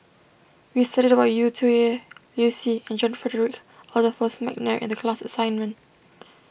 we studied about Yu Zhuye Liu Si and John Frederick Adolphus McNair in the class assignment